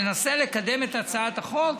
ננסה לקדם את הצעת החוק.